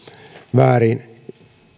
väärin